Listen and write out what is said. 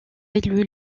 élus